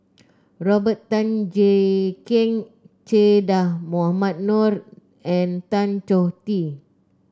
Robert Tan Jee Keng Che Dah Mohamed Noor and Tan Choh Tee